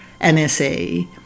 NSA